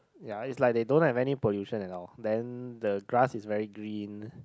ya is like they don't have any pollution at all then the grass is very green